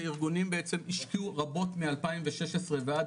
שהארגונים בעצם השקיעו רבות מ-2016 ועד